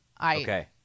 Okay